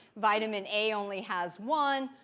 vitamin a only has one.